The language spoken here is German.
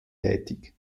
tätig